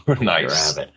nice